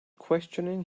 questioning